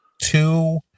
two